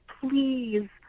please